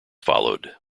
followed